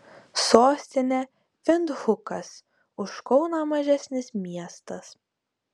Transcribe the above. sostinė vindhukas už kauną mažesnis miestas